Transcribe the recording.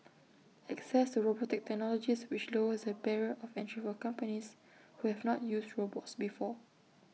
access to robotics technologies which lowers the barrier of entry for companies who have not used robots before